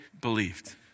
believed